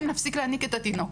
את צריכה לטפל גם בתינוק.